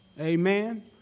Amen